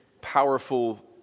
powerful